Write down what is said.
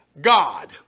God